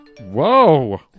Whoa